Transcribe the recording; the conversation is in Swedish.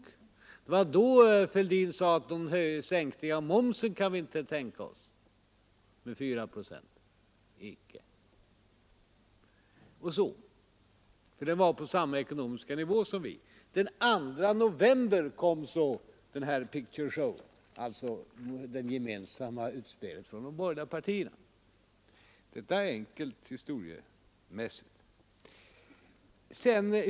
Det var då herr Fälldin sade: Någon sänkning av momsen med 4 procent kan vi inte tänka oss. Centerns motion låg på samma nivå som vår. Den 2 november kom så denna picture show, det gemensamma utspelet av de borgerliga partierna. Detta är enkla historiska fakta.